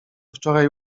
wczoraj